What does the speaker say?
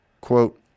Quote